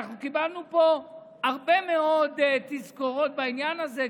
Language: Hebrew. אנחנו קיבלנו פה הרבה מאוד תזכורות בעניין הזה.